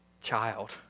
child